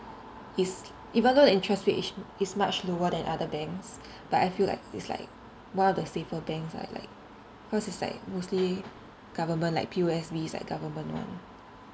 is even though the interest rate is is much lower than other banks but I feel like it's like one of the safer banks lah like cause it's like mostly government like P_O_S_B is like government [one]